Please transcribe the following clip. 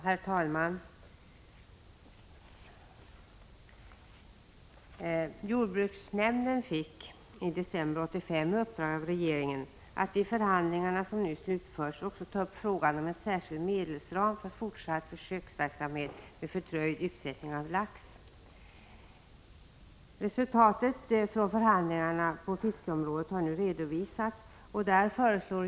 Herr talman! Jordbruksnämnden fick i december 1985 i uppdrag av regeringen att vid de förhandlingar som nu har slutförts också ta upp frågan om en särskild medelsram för fortsatt försöksverksamhet med fördröjd utsättning av lax. Resultatet av förhandlingarna på fiskeområdet har nu redovisats.